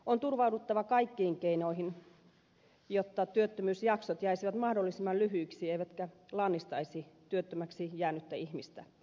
on turvauduttava kaikkiin keinoihin jotta työttömyysjaksot jäisivät mahdollisimman lyhyiksi eivätkä lannistaisi työttömäksi jäänyttä ihmistä